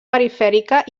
perifèrica